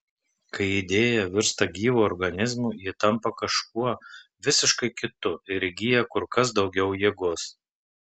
kai idėja virsta gyvu organizmu ji tampa kažkuo visiškai kitu ir įgyja kur kas daugiau jėgos